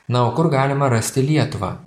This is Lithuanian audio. na o kur galima rasti lietuvą